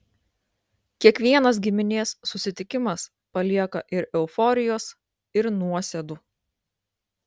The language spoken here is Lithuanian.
kiekvienas giminės susitikimas palieka ir euforijos ir nuosėdų